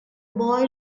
boy